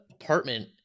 apartment